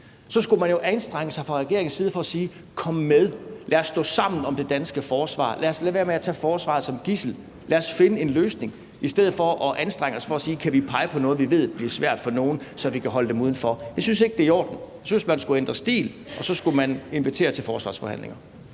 – ikke anstrenger sig fra regeringens side for at sige: Kom med, lad os stå sammen om det danske forsvar. Lad os lade være med at tage forsvaret som gidsel, lad os finde en løsning. I stedet anstrenger man sig for at pege på noget, man ved bliver svært for nogen, så man kan holde dem udenfor. Jeg synes ikke, det er i orden. Jeg synes, man skulle ændre stil, og så skulle man invitere til forsvarsforhandlinger.